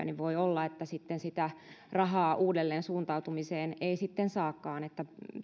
niin voi olla että sitten sitä rahaa uudelleensuuntautumiseen ei saakaan